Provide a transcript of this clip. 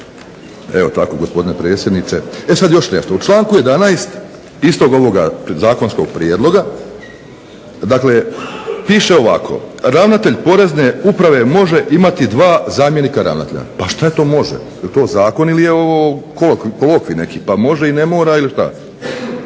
Evo tako gospodine predsjedniče. E sad još nešto. U članku 11. istog ovoga zakonskog prijedloga dakle piše ovako: ravnatelj Porezne uprave može imati dva zamjenika ravnatelja. Pa šta je to može, jel to zakon ili je ovo kolokvij pa može i ne mora ili šta.